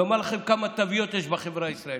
לומר לכם כמה תוויות יש בחברה הישראלית.